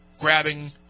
grabbing